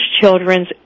Children's